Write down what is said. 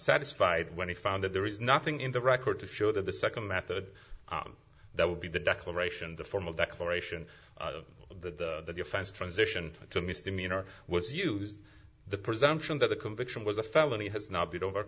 satisfied when he found that there is nothing in the record to show that the second method that would be the declaration the formal declaration of the defense transition to misdemeanor was used the presumption that the conviction was a felony has not been over